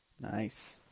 Nice